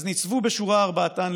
// אז ניצבו בשורה ארבעתן,